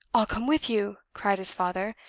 i'll come with you! cried his father.